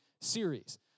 series